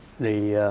the